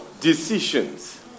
decisions